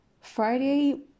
Friday